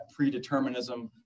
predeterminism